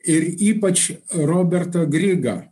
ir ypač robertą grigą